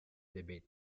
debate